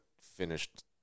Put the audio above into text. finished